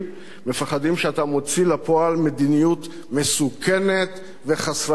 מפחדים שאתה מוציא לפועל מדיניות מסוכנת וחסרת אחריות.